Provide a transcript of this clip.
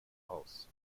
aus